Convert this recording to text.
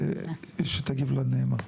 ושתגיב לנאמר.